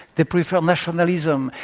they prefer um nationalism.